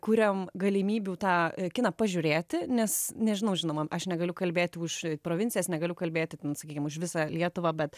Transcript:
kuriam galimybių tą kiną pažiūrėti nes nežinau žinoma aš negaliu kalbėti už provincijas negaliu kalbėti sakykim už visą lietuvą bet